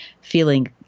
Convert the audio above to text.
feeling